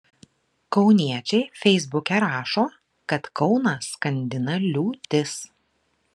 kauniečiai feisbuke rašo kad kauną skandina liūtis